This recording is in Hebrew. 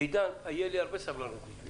יהיה לי הרבה סבלנות.